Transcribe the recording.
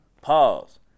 pause